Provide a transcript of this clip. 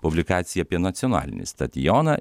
publikacija apie nacionalinį stadioną